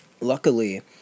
Luckily